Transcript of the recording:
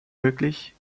möglich